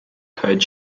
code